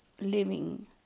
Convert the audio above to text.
living